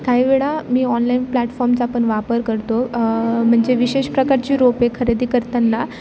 काही वेळा मी ऑनलाईन प्लॅटफॉर्मचा पण वापर करतो म्हणजे विशेष प्रकारची रोपे खरेदी करताना